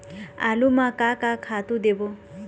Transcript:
आलू म का का खातू देबो?